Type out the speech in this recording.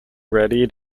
ready